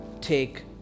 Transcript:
take